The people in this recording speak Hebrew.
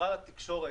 שלא תבין,